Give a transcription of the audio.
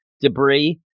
debris